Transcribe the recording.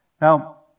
Now